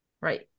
right